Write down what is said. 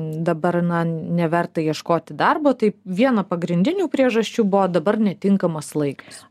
dabar na neverta ieškoti darbo tai viena pagrindinių priežasčių buvo dabar netinkamas laikas